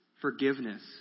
forgiveness